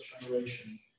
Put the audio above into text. generation